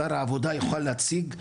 שר העבודה יוכל להציג,